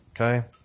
Okay